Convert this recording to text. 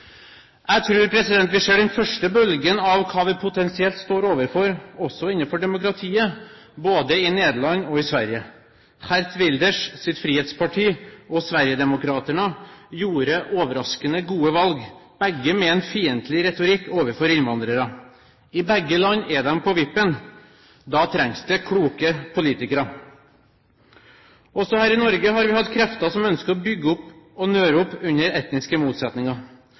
Jeg tror vi ser den første bølgen av hva vi potensielt står overfor også innenfor demokratiet, både i Nederland og i Sverige. Geert Wilders' Frihetsparti og Sverigedemokraterna gjorde overraskende gode valg, begge med en fiendtlig retorikk overfor innvandrere. I begge land er de på vippen. Da trengs det kloke politikere. Også her i Norge har vi hatt krefter som ønsker å bygge opp om og nøre opp under etniske motsetninger.